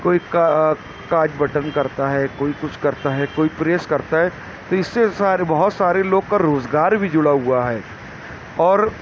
کوئی کاج بٹن کرتا ہے کوئی کچھ کرتا ہے کوئی پریس کرتا ہے تو اس سے سارے بہت سارے لوگ کا روزگار بھی جڑا ہوا ہے اور